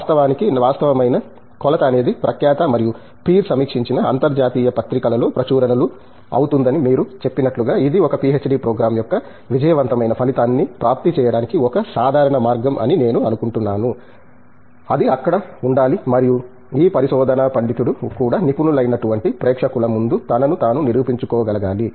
వాస్తవానికి వాస్తవమైన కొలత అనేది ప్రఖ్యాత మరియు పీర్ సమీక్షించిన అంతర్జాతీయ పత్రికలలో ప్రచురణలు అవుతుందని మీరు చెప్పినట్లుగా ఇది ఒక పీహెచ్డీ ప్రోగ్రామ్ యొక్క విజయవంతమైన ఫలితాన్ని ప్రాప్తి చేయడానికి ఒక సాధారణ మార్గం అని నేను అనుకుంటున్నాను అది అక్కడ ఉండాలి మరియు ఈ పరిశోధన పండితుడు కూడా నిపుణులైనటువంటి ప్రేక్షకుల ముందు తనను తాను నిరూపించుకోగలగాలి